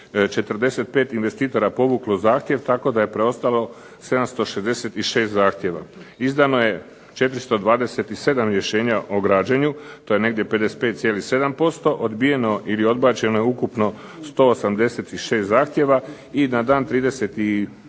45 investitora povuklo zahtjev tako da je preostalo 766 zahtjeva. Izdano je 427 rješenja o građenju, to je negdje 55,7%, odbijeno ili odbačeno je ukupno 186 zahtjev i na dan 31.